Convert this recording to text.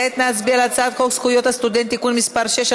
נצביע על הצעת חוק זכויות הסטודנט (תיקון מס' 6),